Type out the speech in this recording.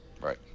Right